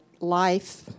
life